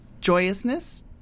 joyousness